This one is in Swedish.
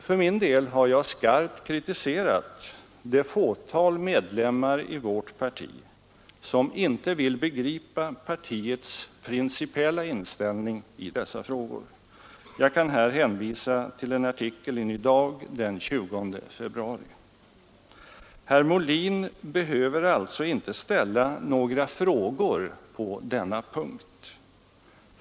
För min del har jag skarpt kritiserat det fåtal medlemmar i vårt parti som inte vill begripa partiets principiella inställning i dessa frågor. Jag kan här hänvisa till en artikel i Ny Dag den 20 februari. Herr Molin behöver alltså inte ställa några frågor på denna punkt.